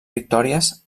victòries